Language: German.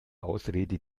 ausrede